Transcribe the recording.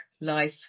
life